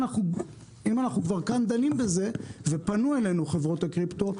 אם אנחנו כבר כאן דנים בזה ופנו אלינו חברות הקריפטו,